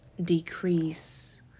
decrease